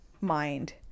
mind